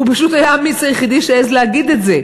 הוא פשוט היה האמיץ היחידי שהעז להגיד את זה,